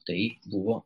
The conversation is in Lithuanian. tai buvo